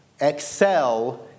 Excel